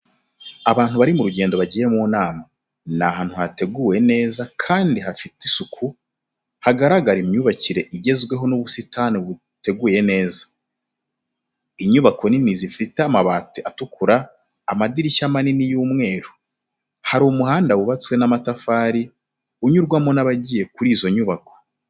Abantu bari mu rugendo bagiye mu nama. Ni ahantu hateguwe neza kandi hafite isuku, hagaragara imyubakire igezweho n’ubusitani buteguye neza. Inyubako nini zifite amabati atukura, amadirishya manini y'umweru. Hari umuhanda wubatswe n’amatafari, unyurwamo n'abagiye kuri izo nyubako.